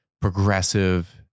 progressive